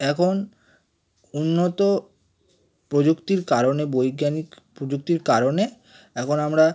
এখন উন্নত প্রযুক্তির কারণে বৈজ্ঞানিক প্রযুক্তির কারণে এখন আমরা